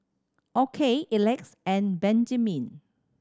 Okey Elex and Benjiman